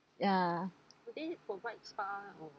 ya